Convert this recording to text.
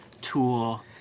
tool